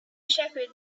shepherd